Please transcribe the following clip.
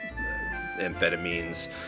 amphetamines